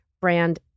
brand